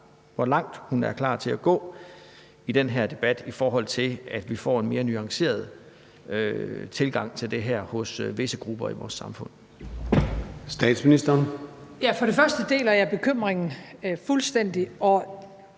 hvor langt hun er klar til at gå i den her debat, i forhold til at vi får en mere nuanceret tilgang til det her hos visse grupper i vores samfund.